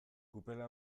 kupela